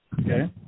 Okay